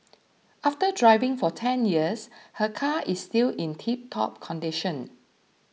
after driving for ten years her car is still in tiptop condition